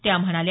त्या म्हणाल्या